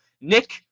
Nick